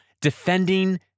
defending